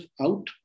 out